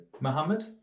Mohammed